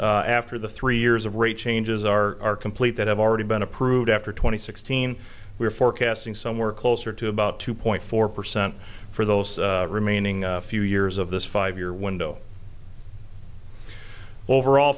after the three years of rate changes are complete that have already been approved after twenty sixteen we are forecasting somewhere closer to about two point four percent for those remaining few years of this five year window overall